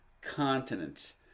continents